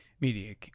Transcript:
media